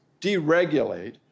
deregulate